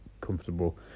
comfortable